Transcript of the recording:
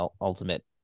ultimate